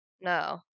no